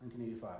1985